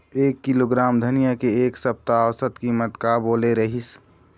एक किलोग्राम धनिया के एक सप्ता औसत कीमत का बोले रीहिस?